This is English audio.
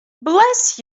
bless